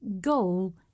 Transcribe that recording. goal